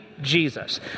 Jesus